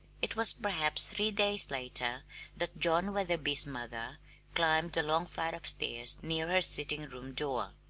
it was perhaps three days later that john wetherby's mother climbed the long flight of stairs near her sitting-room door,